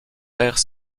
père